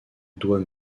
doit